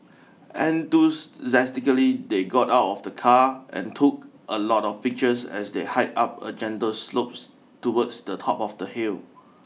enthusiastically they got out of the car and took a lot of pictures as they hiked up a gentle slopes towards the top of the hill